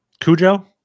Cujo